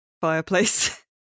fireplace